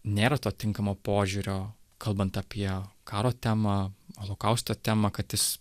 nėra to tinkamo požiūrio kalbant apie karo temą holokausto temą kad jis